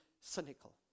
cynical